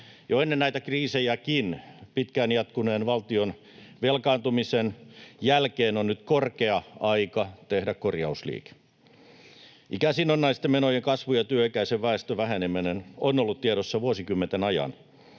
Jo ennen näitä kriisejäkin pitkään jatkuneen valtion velkaantumisen jälkeen on nyt korkea aika tehdä korjausliike. Ikäsidonnaisten menojen kasvu ja työikäisen väestön väheneminen on ollut tiedossa vuosikymmenten ajan.